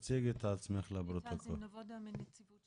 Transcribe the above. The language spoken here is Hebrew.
ההחלטה של כמה מטרים זה תצהיר או מורשה אחד או